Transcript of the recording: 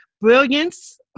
brilliance